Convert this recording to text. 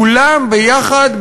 כולם ביחד,